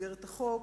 במסגרת החוק,